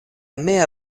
mia